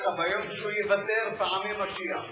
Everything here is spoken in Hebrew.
ביום שהוא יוותר, פעמי משיח.